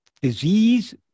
disease